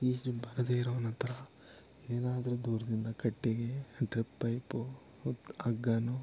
ಈಜು ಬಾರದೆ ಇರೋನತ್ರ ಏನಾದರೂ ದೂರದಿಂದ ಕಟ್ಟಿಗೆ ಡ್ರಿಪ್ ಪೈಪು ಹಗ್ಗನೊ